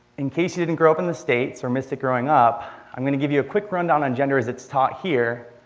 in case you didn't grow up in the states or missed it growing up, i'm going to give you a quick rundown on gender as it's taught here,